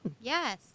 Yes